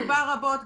דובר רבות,